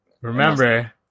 Remember